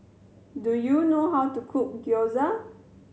do you know how to cook Gyoza